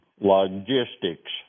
logistics